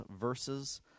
verses